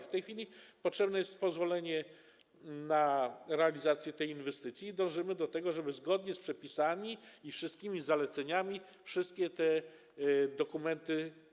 W tej chwili potrzebne jest pozwolenie na realizację tej inwestycji i dążymy do tego, żeby zgodnie z przepisami i wszystkimi zaleceniami stworzyć wszystkie te dokumenty.